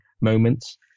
moments